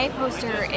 poster